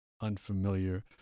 unfamiliar